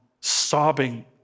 Sobbing